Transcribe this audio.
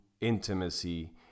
intimacy